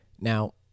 Now